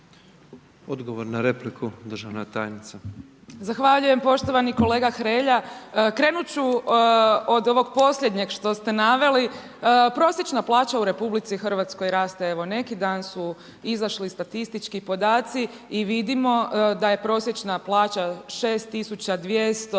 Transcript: Odgovor na repliku državna tajnica. **Burić, Majda (HDZ)** Zahvaljujem poštovani kolega Hrelja. Krenuti ću od ovog posljednjeg što ste naveli, prosječna plaća u RH raste. Evo neki dan su izašli statistički podaci i vidimo da je prosječna plaća 6